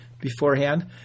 beforehand